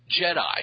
Jedi